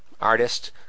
artist